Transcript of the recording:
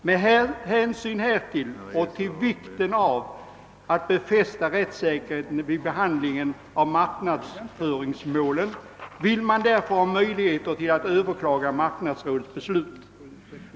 Med hänsyn härtill och till vikten av att befästa rättssäkerheten vid behandlingen av marknadsföringsmålen vill man därför ha möjligheter att överklaga marknadsrådets beslut.